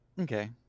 Okay